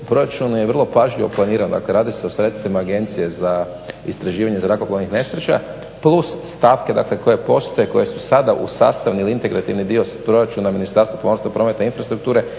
proračun je vrlo pažljivo planiran, dakle radi se o sredstvima Agencije za istraživanje zrakoplovnih nesreća plus stavke dakle koje postoje, koje su sada u sastavi ili …/Govornik se ne razumije./… dio proračuna Ministarstva pomorstva, prometa i infrastrukture